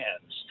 hands